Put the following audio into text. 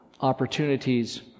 opportunities